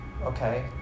Okay